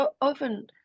often